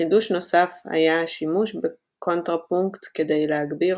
חידוש נוסף היה השימוש בקונטרפונקט כדי להגביר